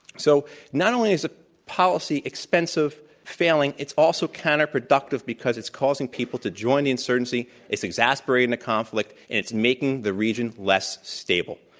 so not only is the policy expensive, failing, it's also counterproductive because it's causing people to join the insurgency. it's exasperating the conflict, and it's making the region less stable.